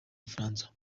bufaransa